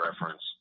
reference